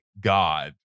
God